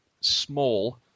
small